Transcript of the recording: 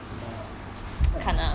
it's about quite decent